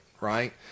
right